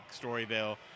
Storyville